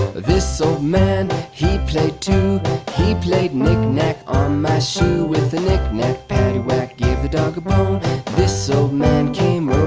this old so man he played two he played knick-knack on my shoe with a knick-knack paddywhack give the dog a bone this old man came